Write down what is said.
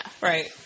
Right